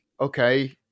okay